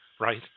Right